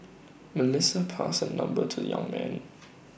Melissa passed her number to young man